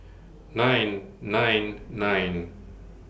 nine nine nine